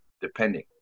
depending